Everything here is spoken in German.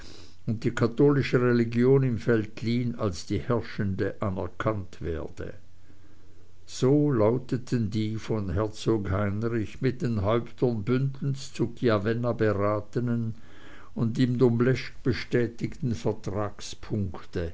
und die katholische religion im veltlin als die herrschende anerkannt werde so lauteten die von herzog heinrich mit den häuptern bündens zu chiavenna beratenen und im domleschg bestätigten